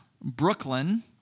Brooklyn